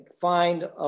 find